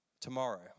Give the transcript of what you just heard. tomorrow